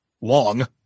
long